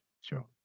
Sure